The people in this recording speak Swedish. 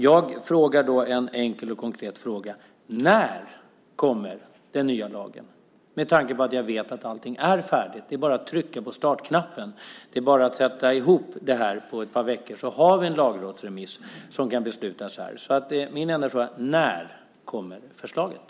Jag ställer en enkel och konkret fråga: När kommer den nya lagen? Jag vet att allting är färdigt. Det är bara att trycka på startknappen. Det är bara att sätta ihop det här på ett par veckor, så har vi en lagrådsremiss och kan fatta ett beslut. Min enda fråga är: När kommer förslaget?